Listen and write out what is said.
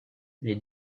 les